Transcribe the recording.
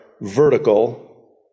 vertical